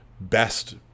best